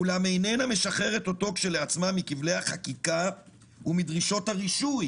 אולם אינה משחררת אותו כשלעצמה מכבלי החקיקה ומדרישות הרישוי